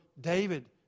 David